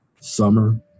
Summer